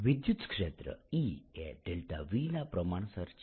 વિદ્યુતક્ષેત્ર E એ Vના પ્રમાણસર છે